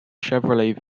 chevrolet